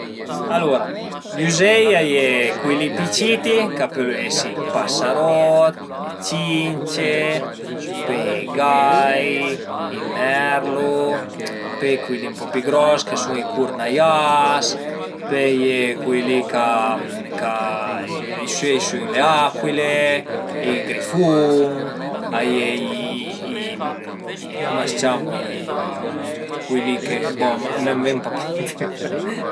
Alura i üzei a ie culi li pi citi ch'a pölu esi i pasarot, le cince, pöi a ie i gai, i merlu, pöi a ie culi li ën po pi gros ch'a sun i curnaias, pöi a ie cui li ch'a ch'a, a i sun le acuile, i grifun, a ie i i cum a së ciamu i cui li che bon a më ven pa pi